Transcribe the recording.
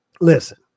listen